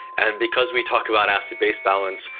and because we talk about acid base balance,